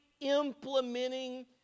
implementing